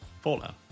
Fallout